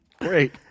great